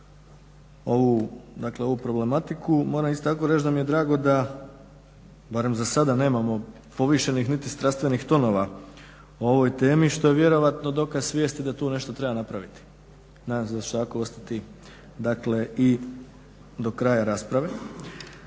ovu problematiku. Moram isto tako reći da mi je drago da barem za sada nemamo povišenih niti strastvenih tonova o ovoj temi što je vjerojatno dokaz svijesti da tu nešto treba napraviti. Nadam se da će tako ostati i do kraja rasprave.